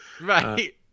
right